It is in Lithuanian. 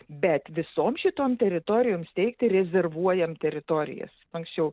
bet visom šitom teritorijom steigti rezervuojam teritorijas anksčiau